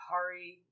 Hari